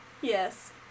Yes